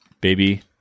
baby